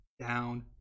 down